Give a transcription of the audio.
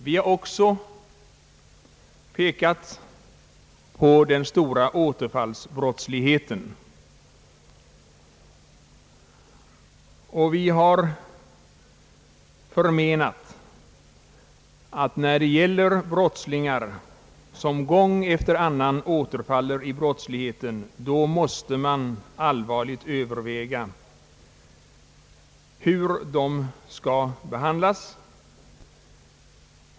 Vi har också pekat på den stora återfallsbrottsligheten, och vi har förmenat att när det gäller brottslingar som gång efter annan återfaller i brottslighet måste man allvarligt överväga hur de skall behandlas.